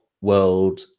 World